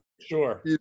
Sure